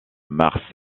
mars